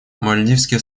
мальдивские